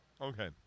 Okay